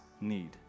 need